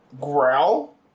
Growl